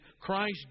Christ